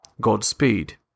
Godspeed